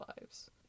lives